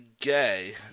gay